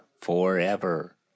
forever